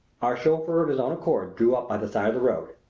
our chauffeur of his own accord drew up by the side of the road.